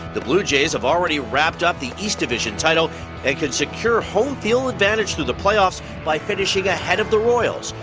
the blue jays have already wrapped up the east division title and can secure home field advantage to the playoffs by finishing ahead of the royals.